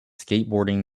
skateboarding